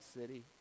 city